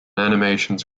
animations